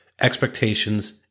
expectations